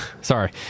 sorry